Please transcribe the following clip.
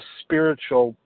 spiritual